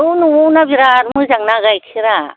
औ न'ना बिराद मोजांना गाइखेरा